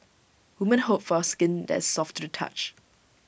women hope for skin that is soft to the touch